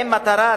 האם מטרת